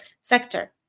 sector